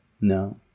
No